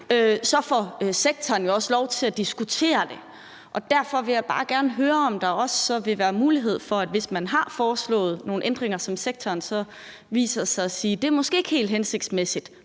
så får sektoren jo også lov til at diskutere det. Derfor vil jeg bare gerne høre, om der så også vil være mulighed for, at man, hvis man har foreslået nogle ændringer, som sektoren så viser sig at sige måske ikke er helt hensigtsmæssige